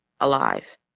alive